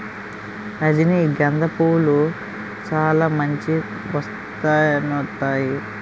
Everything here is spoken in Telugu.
రజనీ గంధ పూలు సాలా మంచి వాసనొత్తాయి